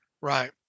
Right